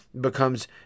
becomes